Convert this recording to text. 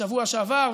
בשבוע שעבר,